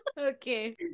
okay